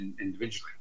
individually